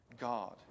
God